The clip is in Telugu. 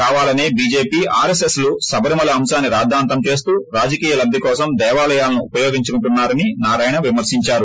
కావాలసే బీజేపీ ఆర్ఎస్ఎస్ శబరిమల అంశాన్ని రాద్గాంతం చేస్తూ రాజికీయ లబ్గి కోసం దేవాలయాలను ఉపయోగించుకుంటున్నారని నారాయణ విమర్పించారు